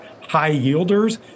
high-yielders